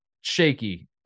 shaky